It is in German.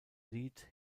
lied